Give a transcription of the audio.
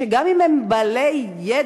שגם אם הם בעלי ידע,